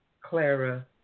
Clara